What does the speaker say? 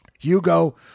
Hugo